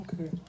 Okay